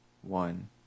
One